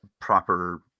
proper